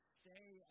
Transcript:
stay